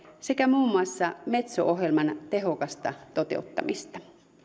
sekä muun muassa metso ohjelman tehokasta toteuttamista